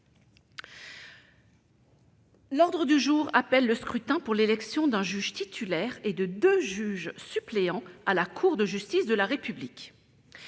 L'ordre du jour appelle le scrutin pour l'élection d'un juge titulaire et de deux juges suppléants à la Cour de justice de la République.